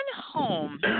home